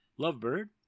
lovebird